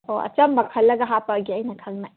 ꯍꯣ ꯑꯆꯝꯕ ꯈꯜꯂꯒ ꯍꯥꯞꯄꯛꯑꯒꯦ ꯑꯩꯅ ꯈꯪꯅ